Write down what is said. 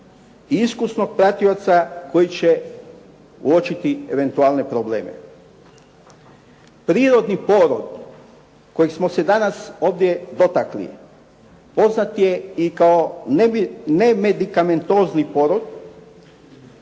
iskusnog pratioca koji će uočiti eventualne probleme. Prirodni porod kojeg smo se danas ovdje dotakli poznat je i kao nemedikamentozni porod